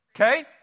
Okay